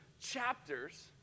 chapters